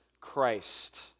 Christ